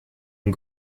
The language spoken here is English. and